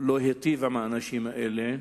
לא היטיב עם האנשים האלה,